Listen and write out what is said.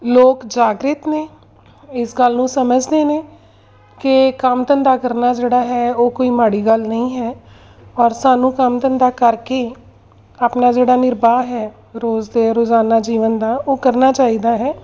ਲੋਕ ਜਾਗ੍ਰਿਤ ਨੇ ਇਸ ਗੱਲ ਨੂੰ ਸਮਝਦੇ ਨੇ ਕਿ ਕੰਮ ਧੰਦਾ ਕਰਨਾ ਜਿਹੜਾ ਹੈ ਉਹ ਕੋਈ ਮਾੜੀ ਗੱਲ ਨਹੀਂ ਹੈ ਔਰ ਸਾਨੂੰ ਕੰਮ ਧੰਦਾ ਕਰਕੇ ਆਪਣਾ ਜਿਹੜਾ ਨਿਰਬਾਹ ਹੈ ਰੋਜ਼ ਦੇ ਰੋਜ਼ਾਨਾ ਜੀਵਨ ਦਾ ਉਹ ਕਰਨਾ ਚਾਹੀਦਾ ਹੈ